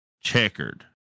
checkered